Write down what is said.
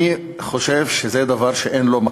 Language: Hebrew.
אני חושב שזה דבר שאין לו מקום.